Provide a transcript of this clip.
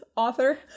author